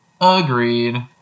Agreed